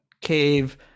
cave